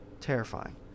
Terrifying